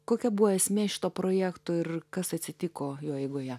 kokia buvo esmė šito projekto ir kas atsitiko jo eigoje